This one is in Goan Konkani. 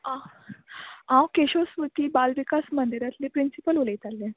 आ हांव केशव स्मृती बाल विकास मंदिरांतली प्रिंसिपल उलयतालें